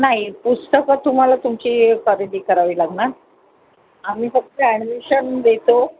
नाही पुस्तकं तुम्हाला तुमची खरेदी करावी लागणार आम्ही फक्त ॲडमिशन देतो